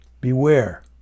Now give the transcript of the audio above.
Beware